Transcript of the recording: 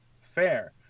Fair